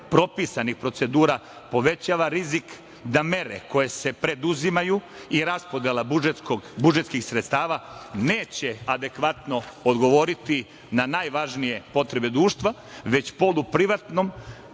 propisanih procedura povećava rizik da mere koje se preduzimaju i raspodela budžetskih sredstava neće adekvatno odgovoriti na najvažnije potrebe društva, već poluprivatnom,